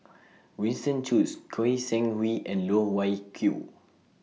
Winston Choos Goi Seng Hui and Loh Wai Kiew